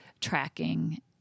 tracking